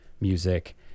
music